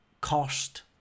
cost